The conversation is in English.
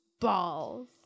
balls